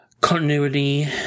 continuity